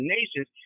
Nations